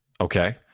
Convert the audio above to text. Okay